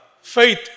faith